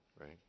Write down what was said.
right